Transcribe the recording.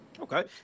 Okay